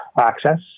access